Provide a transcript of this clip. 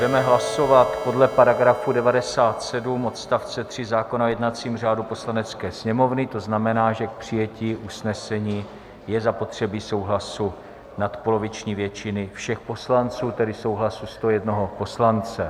Budeme hlasovat podle § 97 odst. 3 zákona o jednacím řádu Poslanecké sněmovny, to znamená, že k přijetí usnesení je zapotřebí souhlasu nadpoloviční většiny všech poslanců, tedy souhlasu 101 poslance.